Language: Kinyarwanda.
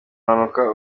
hanuka